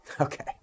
Okay